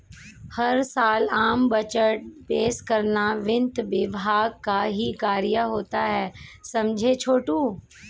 हर साल आम बजट पेश करना वित्त विभाग का ही कार्य होता है समझे छोटू